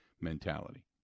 mentality